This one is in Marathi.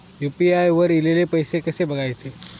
यू.पी.आय वर ईलेले पैसे कसे बघायचे?